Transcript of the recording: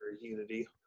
unity